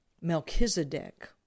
Melchizedek